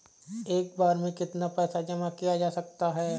एक बार में कितना पैसा जमा किया जा सकता है?